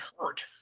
hurt